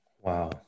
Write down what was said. Wow